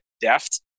deft